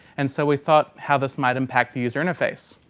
and so we thought how this might impact the user interface.